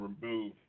remove